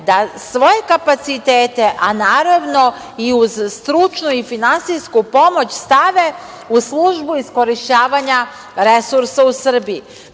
da svoje kapacitete, a naravno i uz stručnu i finansijsku pomoć, stave u službu iskorišćavanja resursa u Srbiji. Zar